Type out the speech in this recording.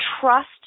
trust